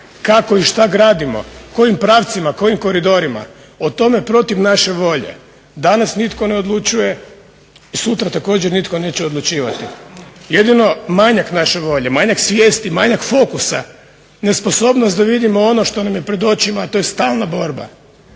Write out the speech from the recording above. kako i što gradimo, kojim pravcima, kojim koridorima. O tome protiv naše volje danas nitko ne odlučuje, sutra također nitko neće odlučivati. Jedino manjak naše volje, manjak svijesti, manjak fokusa, nesposobnost da vidimo ono što nam je pred očima, a to je stalna borba